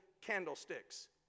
candlesticks